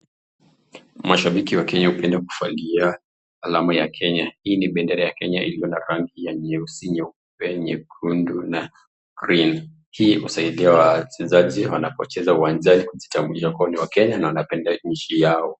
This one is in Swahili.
Mashabiki wa Kenya hupenda kufagia alama ya Kenya. Hii ni bendera ya Kenya iliyo na rangi ya nyeusi, nyeupe, nyekundu na green .Hii husaidai wacezaji wanapocheza uwanjani, kujitambulisha wao ni wa Kenya na wanapenda nchi yao.